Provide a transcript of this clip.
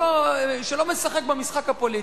שלא משחק במשחק הפוליטי,